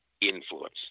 influence